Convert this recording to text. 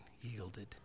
yielded